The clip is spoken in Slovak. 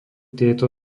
tieto